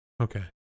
Okay